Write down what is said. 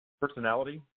Personality